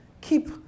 keep